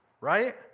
right